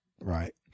right